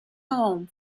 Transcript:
home